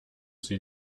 sie